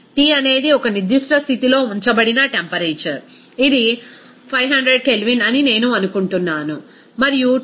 T అనేది ఒక నిర్దిష్ట స్థితిలో ఉంచబడిన టెంపరేచర్ ఇది 500 K అని నేను అనుకుంటున్నాను మరియు Tc